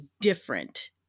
different